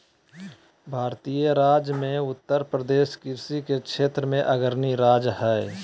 भारतीय राज्य मे उत्तरप्रदेश कृषि के क्षेत्र मे अग्रणी राज्य हय